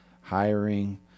hiring